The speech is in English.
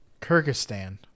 kyrgyzstan